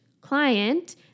client